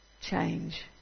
change